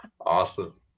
awesome